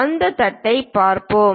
அந்தத் தட்டைப் பார்ப்போம்